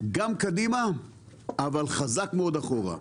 גם קדימה אבל חזק מאוד אחורה.